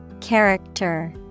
Character